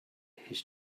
his